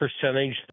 percentage